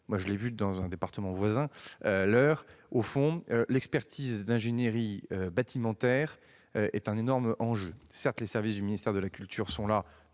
Je l'ai vu dans un département voisin, l'Eure, l'expertise d'ingénierie en bâtiment est un énorme enjeu. Certes, les services du ministère de la culture sont là